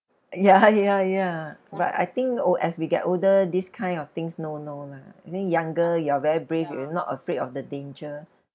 ya ya ya but I think o~ as we get older this kind of things no no lah I think younger you're very brave you were not afraid of the danger